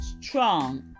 strong